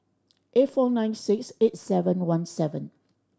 eight four nine six eight seven one seven